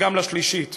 וגם לשלישית,